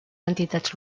entitats